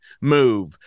move